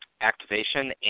activation